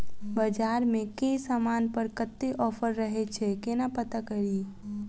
बजार मे केँ समान पर कत्ते ऑफर रहय छै केना पत्ता कड़ी?